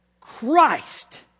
Christ